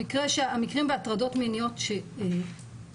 המקרים וההטרדות המיניות שהגיעו